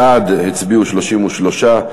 בעד הצביעו 33,